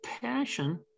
passion